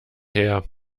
her